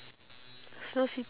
snow city